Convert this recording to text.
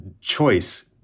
choice